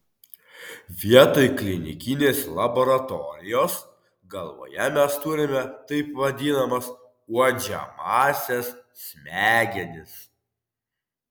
vietoj klinikinės laboratorijos galvoje mes turime taip vadinamas uodžiamąsias smegenis